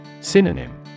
Synonym